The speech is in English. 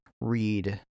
read